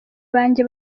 banjye